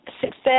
success